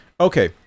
Okay